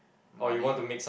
money